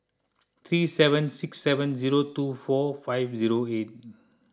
three seven six seven zero two four five zero eight